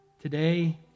today